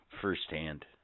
firsthand